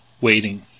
waiting